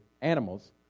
animals